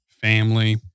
family